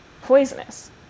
poisonous